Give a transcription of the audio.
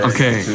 Okay